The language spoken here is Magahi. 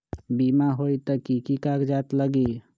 बिमा होई त कि की कागज़ात लगी?